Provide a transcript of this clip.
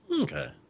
okay